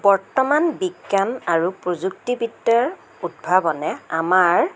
বৰ্তমান বিজ্ঞান আৰু প্ৰযুক্তিবিদ্যাৰ উদ্ভাৱনে আমাৰ